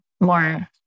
more